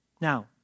Now